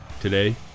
today